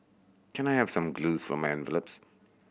can I have some glues for my envelopes